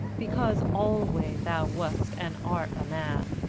because alway thou wast and art a man,